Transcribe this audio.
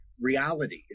reality